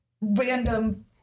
random